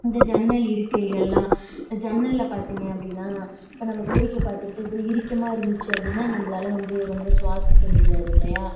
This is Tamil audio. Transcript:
இந்த ஜன்னல் இருக்கைகள்லாம் ஜன்னலில் பார்த்திங்க அப்படின்னா இப்போ நம்ம வேடிக்கை பார்த்துகிட்டு இறுக்கமாக இருந்துச்சு அப்படின்னா நம்மளால வந்து ரொம்ப சுவாசிக்க முடியாது இல்லையா